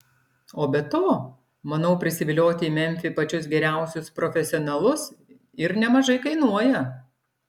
o be to manau prisivilioti į memfį pačius geriausius profesionalus ir nemažai kainuoja